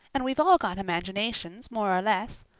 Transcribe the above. and we've all got imaginations, more or less.